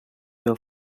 your